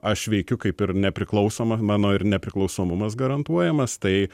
aš veikiu kaip ir nepriklausoma mano ir nepriklausomumas garantuojamas tai